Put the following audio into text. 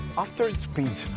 after speed,